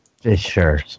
Sure